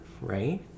right